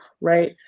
Right